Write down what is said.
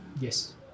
Yes